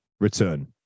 return